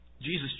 Jesus